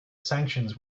sanctions